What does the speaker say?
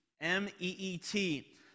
M-E-E-T